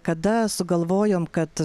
kada sugalvojom kad